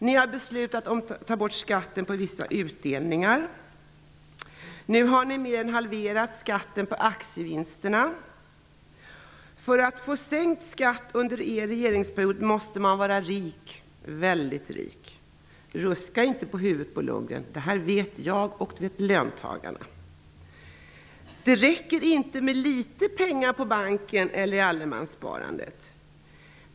Ni har beslutat att ta bort skatten på vissa utdelningar. Nu har ni mer än halverat skatten på aktievinster. För att ha fått sänkt skatt under er regering måste man vara rik -- väldigt rik. Ruska inte på huvudet, Bo Lundgren! Det vet jag, och det vet löntagarna. Det räcker inte med litet pengar på banken eller i allemanssparandet.